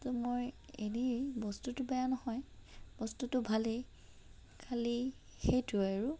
তো মই এনেই বস্তুটো বেয়া নহয় বস্তুটো ভালেই খালী সেইটোৱেই আৰু